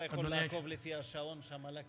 אתה יכול לעקוב לפי השעון שם על הקיר,